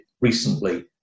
recently